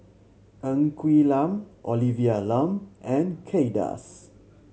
Ng Quee Lam Olivia Lum and Kay Das